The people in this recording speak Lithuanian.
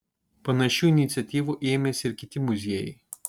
panašių iniciatyvų ėmėsi ir kiti muziejai